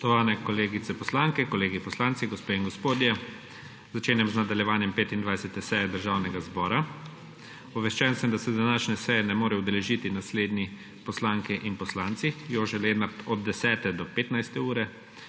Spoštovani kolegice poslanke, kolegi poslanci, gospe in gospodje, začenjam z nadaljevanjem 25. seje Državnega zbora! Obveščen sem, da se današnje seje ne morejo udeležiti naslednji poslanke in poslanci: Jože Lenart od 10. do 15. ure,